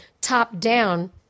top-down